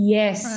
Yes